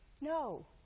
No